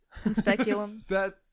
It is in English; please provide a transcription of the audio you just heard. speculums